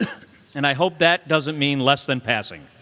and i hope that doesn't mean less than passing.